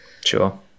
Sure